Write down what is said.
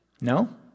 No